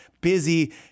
busy